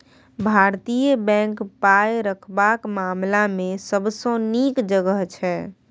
भारतीय बैंक पाय रखबाक मामला मे सबसँ नीक जगह छै